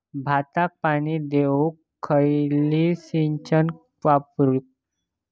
भाताक पाणी देऊक खयली सिंचन वापरू?